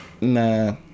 Nah